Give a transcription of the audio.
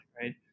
right